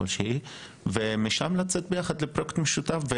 שממנו אפשר יהיה לצאת לפרויקט משותף.